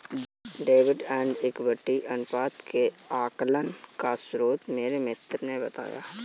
डेब्ट and equity अनुपात के आकलन का सूत्र मेरे मित्र ने बताया